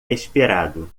esperado